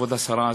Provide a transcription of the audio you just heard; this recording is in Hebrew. כבוד השרה,